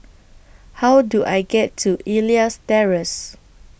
How Do I get to Elias Terrace